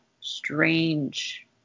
strange